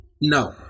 No